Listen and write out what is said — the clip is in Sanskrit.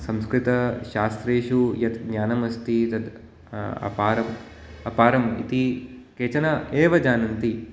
संस्कृतशास्त्रेषु यत् ज्ञानमस्ति तद् अपारम् अपारम् इति केचन एव जानन्ति